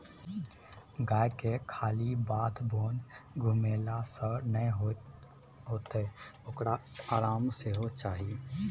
गायके खाली बाध बोन घुमेले सँ नै हेतौ ओकरा आराम सेहो चाही